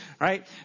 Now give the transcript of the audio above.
Right